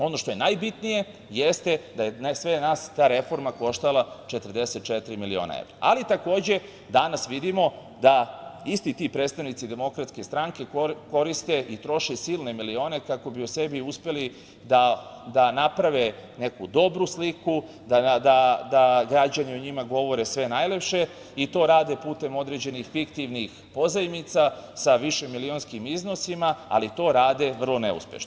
Ono što je najbitnije jeste da je sve nas ta reforma koštala 44 miliona evra, ali takođe danas vidimo da isti ti predstavnici DS koriste i troše silne milione kako bi o sebi uspeli da naprave neku dobru sliku, da građani o njima govore sve najlepše i to rade putem određenih fiktivnih pozajmica sa višemilionskim iznosima, ali to rade vrlo neuspešno.